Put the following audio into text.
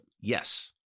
yes